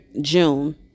June